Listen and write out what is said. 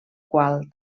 qual